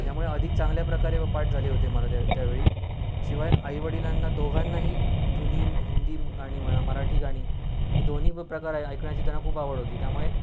यामुळे अधिक चांगल्या प्रकारे प पाठ झाले होते मला त्या त्या त्यावेळी शिवाय आईवडिलांना दोघांनाही जुनी हिंदी गाणी म्हणा मराठी गाणी हे दोन्ही प प्रकार ऐकण्याची त्यांना खूप आवड होती त्यामुळे